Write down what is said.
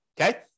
okay